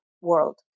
world